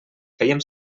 fèiem